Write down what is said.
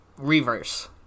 Reverse